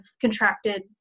contracted